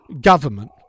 government